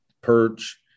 perch